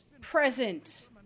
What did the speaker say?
present